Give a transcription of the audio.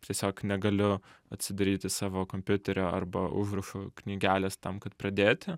tiesiog negaliu atsidaryti savo kompiuterio arba užrašų knygelės tam kad pradėti